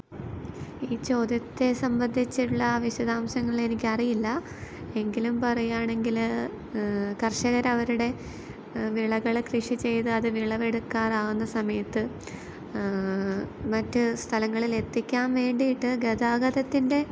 ഈ ചോദ്യത്തെ സംബന്ധിച്ചുള്ള വിശദാംശങ്ങളെനിയ്ക്കറിയില്ല എങ്കിലും പറയുവാണെങ്കിൽ കർഷകരവരുടെ വിളകൾ കൃഷി ചെയ്ത് അത് വിളവെടുക്കാറാവുന്ന സമയത്ത് മറ്റു സ്ഥലങ്ങളിലെത്തിയ്ക്കാൻ വേണ്ടീട്ട് ഗതാഗതത്തിൻ്റെ